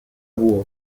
voie